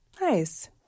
Nice